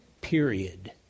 period